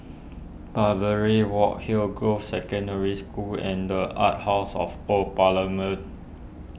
Barbary Walk Hillgrove Secondary School and the Arts House of Old Parliament